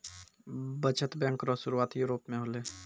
बचत बैंक रो सुरुआत यूरोप मे होलै